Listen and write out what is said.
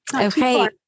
Okay